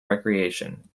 recreation